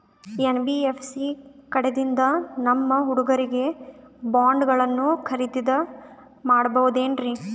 NBFC ಕಡೆಯಿಂದ ನಮ್ಮ ಹುಡುಗರಿಗೆ ಬಾಂಡ್ ಗಳನ್ನು ಖರೀದಿದ ಮಾಡಬಹುದೇನ್ರಿ?